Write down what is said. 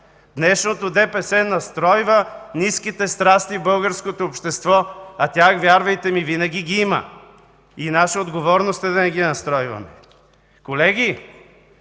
Днешното ДПС настройва ниските страсти в българското общество, а тях, вярвайте ми, винаги ги има и наша отговорност е да не ги настройваме. Колеги,